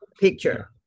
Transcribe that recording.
picture